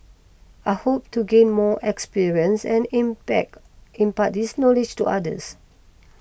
I hope to gain more experience and impart this knowledge to others